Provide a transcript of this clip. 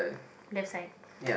left side